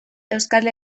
euskal